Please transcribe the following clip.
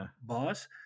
boss